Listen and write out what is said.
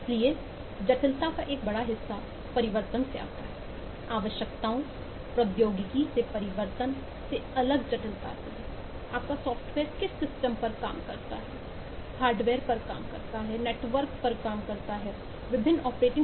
इसलिए जटिलता का एक बड़ा हिस्सा परिवर्तन से आता है आवश्यकताओं प्रौद्योगिकी से परिवर्तन से अलग जटिलता आती है आपका सॉफ्टवेयर किस सिस्टम पर काम करता है हार्डवेयर आदि